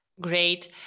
Great